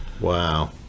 Wow